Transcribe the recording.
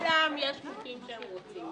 לכולם יש חוקים שהם רוצים